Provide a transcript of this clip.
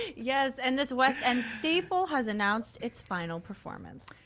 yes and this west end staple has announced it's final performance.